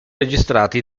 registrati